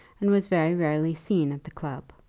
and was very rarely seen at the club.